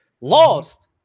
Lost